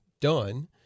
done